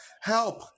Help